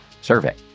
survey